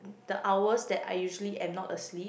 the hours that I usually am not asleep